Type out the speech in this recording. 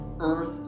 Earth